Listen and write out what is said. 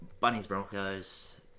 Bunnies-Broncos